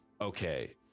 Okay